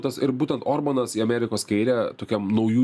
tas ir būtent orbanas į amerikos kairę tokiam naujų